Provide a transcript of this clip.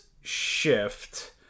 shift